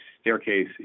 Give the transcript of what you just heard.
staircase